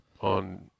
on